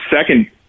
second